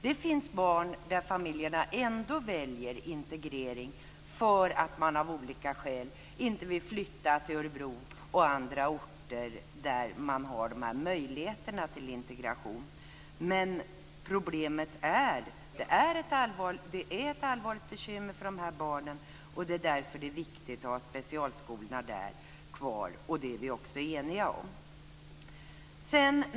Det finns barn vilkas föräldrar ändå väljer integrering för att man av olika skäl inte vill flytta till Örebro och andra orter där möjligheterna till integration finns. Men problemet kvarstår. Det finns ett allvarligt bekymmer för de här barnen, och det är därför viktigt att man har specialskolorna kvar för dem. Detta är vi också eniga om.